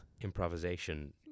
improvisation